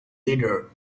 leader